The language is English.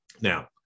Now